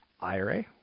IRA